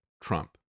Trump